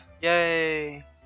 Yay